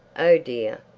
oh dear,